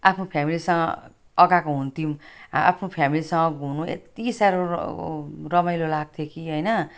अब फ्यामिलीसँग अघाएको हुन्थ्यौँ आ आफ्नो फ्यामिलीसँग घुम्नु यति साह्रो रमाइलो लाग्थ्यो कि होइन